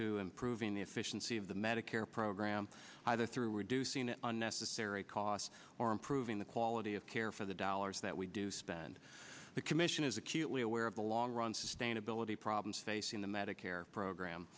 to improving the efficiency of the medicare program either through reducing unnecessary costs or improving the quality of care for the dollars that we do spend the commission is acutely aware of the long run sustainability problems facing the medicare program